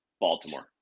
Baltimore